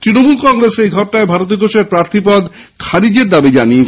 তৃণমূল কংগ্রেস এই ঘটনায় ভারতী ঘোষের প্রার্থী পদ বাতিলের দাবি জানিয়েছে